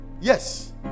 yes